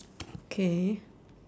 K